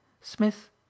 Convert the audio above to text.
Smith